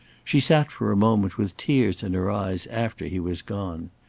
she sat for a moment with tears in her eyes after he was gone.